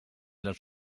les